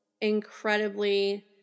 incredibly